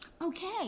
Okay